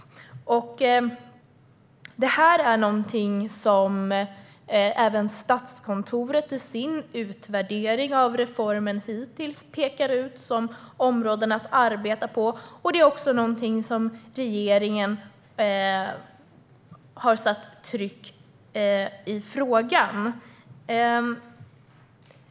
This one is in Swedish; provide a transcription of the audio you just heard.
Det här är någonting som även Statskontoret i sin utvärdering av reformen pekar ut som områden att arbeta på. Det är också så att regeringen har satt tryck i frågan.